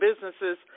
businesses